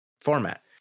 format